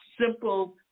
simple